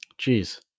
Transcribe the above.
Jeez